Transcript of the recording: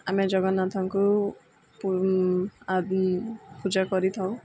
ଆମେ ଜଗନ୍ନାଥଙ୍କୁ ପୂଜା କରିଥାଉ